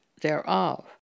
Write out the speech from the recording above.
thereof